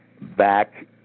back